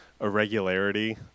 irregularity